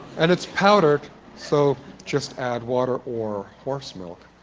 and it's powdered, so just add water or horse milk.